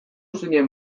zinen